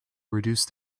reduce